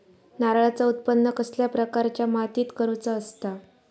नारळाचा उत्त्पन कसल्या प्रकारच्या मातीत करूचा असता?